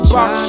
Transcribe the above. Box